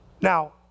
Now